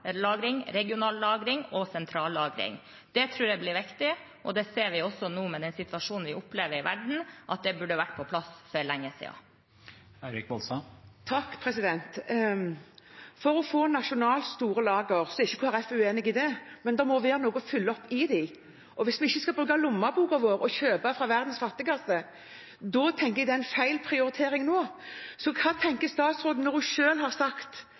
lagring, regional lagring og sentral lagring. Det tror jeg blir viktig, og vi ser også nå med den situasjonen vi opplever i verden, at det burde vært på plass for lenge siden. Olaug Vervik Bollestad – til oppfølgingsspørsmål. Når det gjelder å få nasjonale store lagre, er ikke Kristelig Folkeparti uenig i det, men det må være noe å fylle dem med. Hvis vi ikke skal bruke lommeboken vår og kjøpe fra verdens fattigste, tenker jeg det er en feil prioritering nå. Hva tenker statsråden når hun selv har sagt